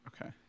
Okay